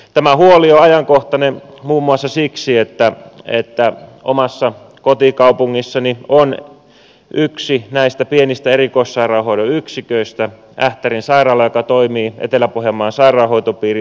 tämä huoli on ajankohtainen muun muassa siksi että omassa kotikaupungissani on yksi näistä pienistä erikoissairaanhoidon yksiköistä ähtärin sairaala joka toimii etelä pohjanmaan sairaanhoitopiirin alaisena